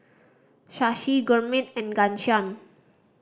Shashi Gurmeet and Ghanshyam